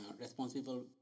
responsible